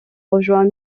rejoint